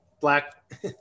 black